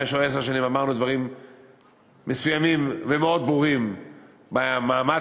או עשר שנים אמרנו דברים מסוימים ומאוד ברורים על המעמד